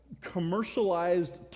commercialized